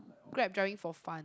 Grab driving for fun